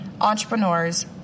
entrepreneurs